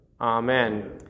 Amen